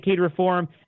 reform